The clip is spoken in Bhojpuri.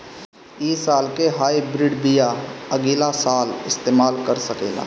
इ साल के हाइब्रिड बीया अगिला साल इस्तेमाल कर सकेला?